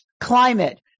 climate